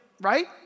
right